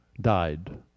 died